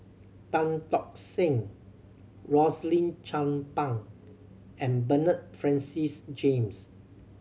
Tan Tock Seng Rosaline Chan Pang and Bernard Francis James